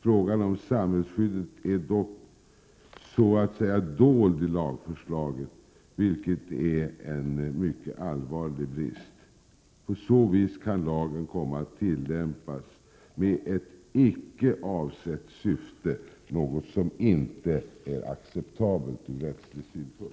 Frågan om samhällsskyddet är dock så att säga dold i lagförslaget, vilket är en mycket allvarlig brist. På så vis kan lagen komma att tillämpas med ett icke avsett syfte, något som inte är acceptabelt ur rättslig synpunkt.